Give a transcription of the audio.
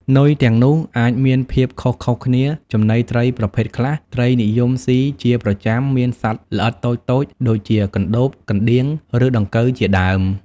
នុយទាំងនោះអាចមានភាពខុសៗគ្នា ចំណីត្រីប្រភេទខ្លះ ត្រីនិយមស៊ីជាប្រចាំមានសត្វល្អិតតូចៗ ដូចជាកណ្ដូប កណ្ដៀង ឬដង្កូវជាដើម។